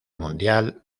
mundial